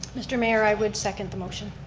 mr. mayor, i would second the motion.